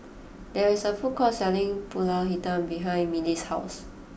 there is a food court selling Pulut Hitam behind Mylee's house